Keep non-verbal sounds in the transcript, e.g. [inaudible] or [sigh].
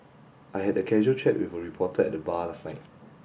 I had a casual chat with [unintelligible] reporter at the bar last night